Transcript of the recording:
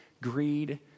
greed